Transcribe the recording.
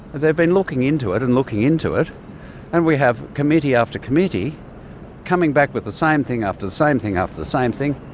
they've been looking into it and looking into it and we have committee after committee coming back with the same thing after the same thing after the same thing.